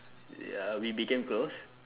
ya we became close